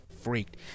freaked